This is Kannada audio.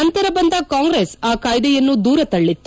ನಂತರ ಬಂದ ಕಾಂಗ್ರೆಸ್ ಆ ಕಾಯ್ದೆಯನ್ನು ದೂರ ತಳ್ಳಿತ್ತು